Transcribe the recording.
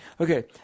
Okay